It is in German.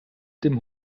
dem